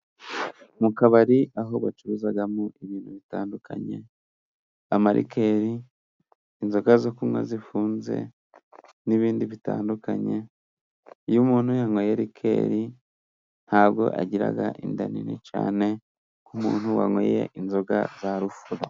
Mu kabari aho bacuruzamo ibintu bitandukanye, amarikeri, inzoga zo kunywa zifunze, n'ibindi bitandukanye, iyo umuntu yanyweye rirekeri nta bwo agira inda nini cyane nk'umuntu wanyweye inzoga za rufuro.